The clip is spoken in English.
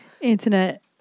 Internet